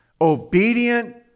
obedient